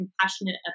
compassionate